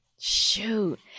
Shoot